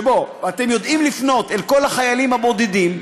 שבו אתם יודעים לפנות אל כל החיילים הבודדים,